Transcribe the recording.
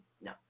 No